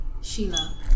sheila